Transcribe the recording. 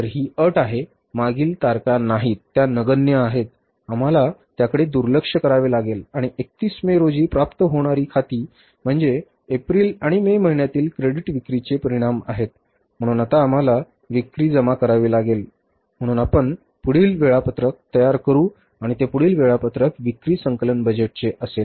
तर ही अट आहे मागील तारखा नाहीत त्या नगण्य आहेत आम्हाला त्याकडे दुर्लक्ष करावे लागेल आणि 31 मे रोजी प्राप्त होणारी खाती म्हणजे एप्रिल आणि मे महिन्यातील क्रेडिट विक्रीचे परिणाम आहेत म्हणून आता आम्हाला विक्री जमा करावी लागेल म्हणून आपण पुढील वेळापत्रक तयार करू आणि ते पुढील वेळापत्रक विक्री संकलन बजेटचे असेल